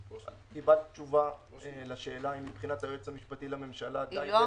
האם קיבלת תשובה לשאלה האם מבחינת היועץ המשפטי לממשלה עדיין ---?